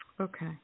Okay